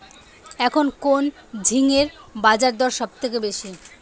এখন কোন ঝিঙ্গের বাজারদর সবথেকে বেশি?